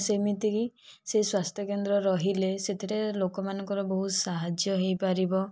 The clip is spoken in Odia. ସେମିତିକି ସେହି ସ୍ଵାସ୍ଥ୍ୟ କେନ୍ଦ୍ର ରହିଲେ ସେଥିରେ ଲୋକମାନଙ୍କର ବହୁତ ସାହାଯ୍ୟ ହୋଇପାରିବ